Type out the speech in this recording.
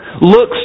looks